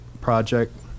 project